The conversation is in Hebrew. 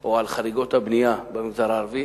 או על חריגות בנייה במגזר הערבי,